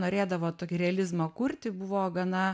norėdavo tokį realizmą kurti buvo gana